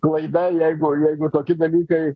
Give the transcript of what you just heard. klaida jeigu jeigu toki dalykai